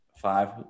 five